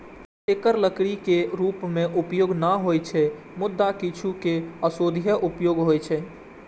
एकर लकड़ी के रूप मे उपयोग नै होइ छै, मुदा किछु के औषधीय उपयोग होइ छै